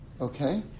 Okay